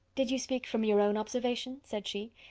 did you speak from your own observation, said she,